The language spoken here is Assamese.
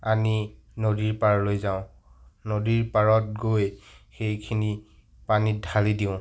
আনি নদীৰ পাৰলৈ যাওঁ নদীৰ পাৰত গৈ সেইখিনি পানীত ঢালি দিওঁ